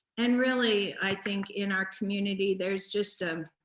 and really, i think in our community, there's just a,